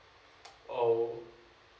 oh